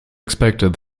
expected